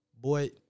boy